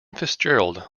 fitzgerald